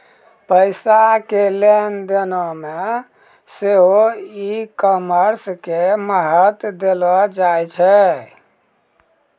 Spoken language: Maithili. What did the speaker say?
पैसा के लेन देनो मे सेहो ई कामर्स के महत्त्व देलो जाय छै